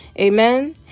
Amen